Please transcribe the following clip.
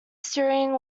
steering